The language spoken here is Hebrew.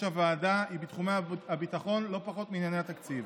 הוועדה היא בתחומי הביטחון לא פחות מענייני התקציב.